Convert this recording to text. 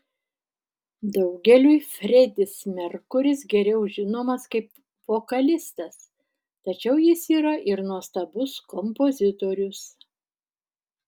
daugeliui fredis merkuris geriau žinomas kaip vokalistas tačiau jis yra ir nuostabus kompozitorius